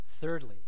Thirdly